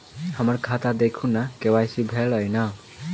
हम्मर खाता देखू नै के.वाई.सी भेल अई नै?